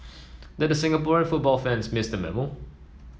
did the Singaporean football fans miss the memo